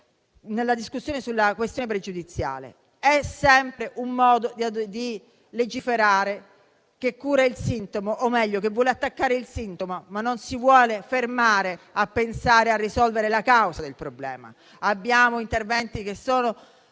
di discussione sulla questione pregiudiziale. È sempre un modo di legiferare che cura - o, meglio, vuole attaccare - il sintomo, ma non si vuole fermare a pensare di risolvere la causa del problema. Abbiamo interventi